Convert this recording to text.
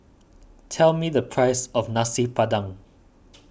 tell me the price of Nasi Padang